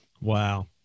Wow